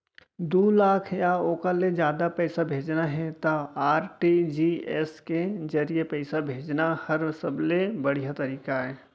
दू लाख या ओकर ले जादा पइसा भेजना हे त आर.टी.जी.एस के जरिए पइसा भेजना हर सबले बड़िहा तरीका अय